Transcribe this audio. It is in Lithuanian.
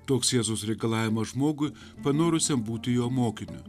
toks jėzaus reikalavimas žmogui panorusiam būti jo mokiniu